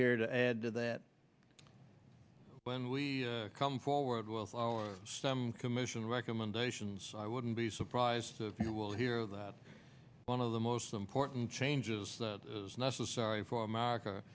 here to add to that when we come forward well for our stem commission's recommendations i wouldn't be surprised if you will hear that one of the most important changes that is necessary for america